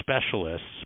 specialists